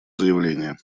заявление